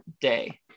Day